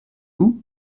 vous